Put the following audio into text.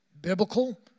Biblical